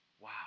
wow